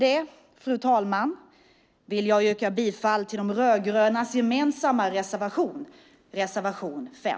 Fru talman! Jag yrkar bifall till De rödgrönas gemensamma reservation, reservation 5.